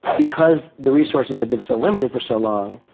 because the resources have been so limited for so long,